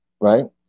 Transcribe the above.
right